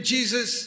Jesus